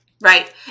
Right